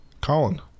Colin